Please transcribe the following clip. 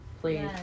please